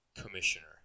commissioner